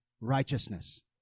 righteousness